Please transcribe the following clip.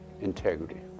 Integrity